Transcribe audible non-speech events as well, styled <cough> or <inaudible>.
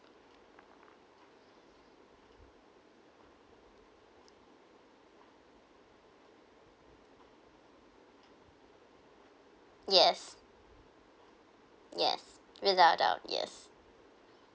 yes yes without doubt yes <breath>